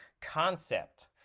concept